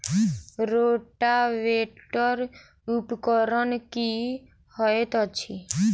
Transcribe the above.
Rotavator उपकरण की हएत अछि?